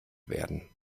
werden